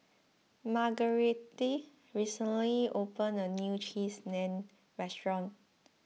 Margarete recently opened a new Cheese Naan restaurant